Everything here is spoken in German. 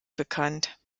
bekannt